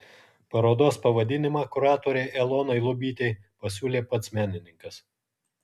parodos pavadinimą kuratorei elonai lubytei pasiūlė pats menininkas